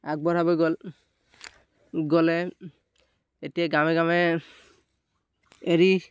আগবঢ়াব গ'ল গ'লে এতিয়া গাৱে গাৱে এৰি